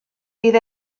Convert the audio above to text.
bydd